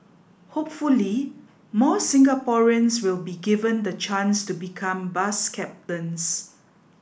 hopefully more Singaporeans will be given the chance to become bus captains